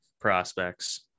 prospects